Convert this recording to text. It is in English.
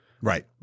Right